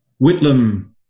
Whitlam